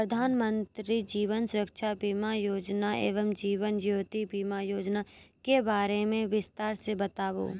प्रधान मंत्री जीवन सुरक्षा बीमा योजना एवं जीवन ज्योति बीमा योजना के बारे मे बिसतार से बताबू?